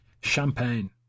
Champagne